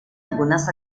algunas